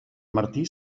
martí